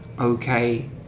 okay